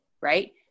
right